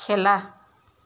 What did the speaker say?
খেলা